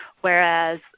whereas